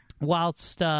Whilst